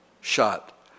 shot